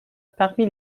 parmi